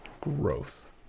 Growth